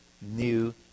New